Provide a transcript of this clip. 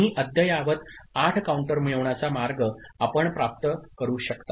आम्ही अद्ययावत 8 काउंटर मिळवण्याचा मार्ग आपण प्राप्त करू शकता